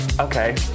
Okay